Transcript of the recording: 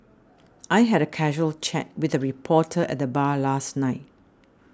I had a casual chat with a reporter at the bar last night